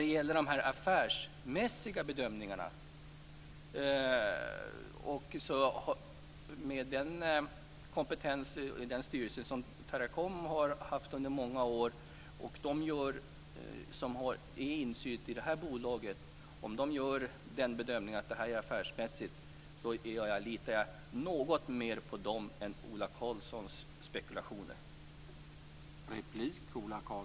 I fråga om de affärsmässiga bedömningarna och den kompetens som finns i den styrelse som Teracom haft i många år kan jag bara säga att om de som har insyn i det här bolaget gör bedömningen att det är affärsmässigt litar jag något mer på dem än jag litar på Ola Karlssons spekulationer.